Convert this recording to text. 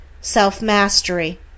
self-mastery